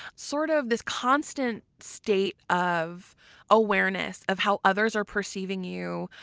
sort of this constant state of awareness of how others are perceiving you,